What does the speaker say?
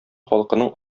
халкының